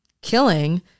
killing